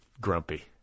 grumpy